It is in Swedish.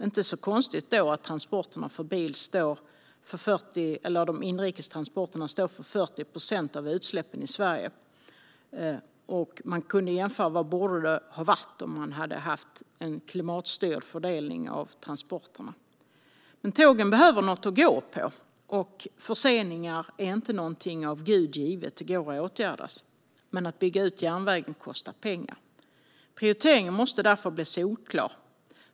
Det är inte så konstigt då att de inrikes transporterna med bil står för 40 procent av utsläppen i Sverige. Man kan jämföra med vad det borde ha varit om man hade haft en klimatstyrd fördelning av transporterna. Tåget behöver också någonting att gå på. Förseningar är heller inte någonting av Gud givet, utan de går att åtgärda, men att bygga ut järnvägen kostar pengar. Prioriteringen måste därför bli solklar.